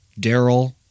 Daryl